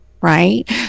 right